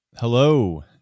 Hello